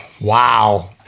wow